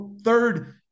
third